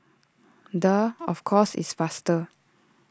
duh of course it's faster